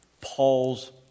Paul's